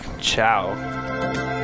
Ciao